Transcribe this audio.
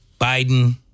Biden